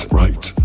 right